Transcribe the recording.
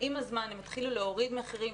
עם הזמן הם התחילו להוריד מחירים,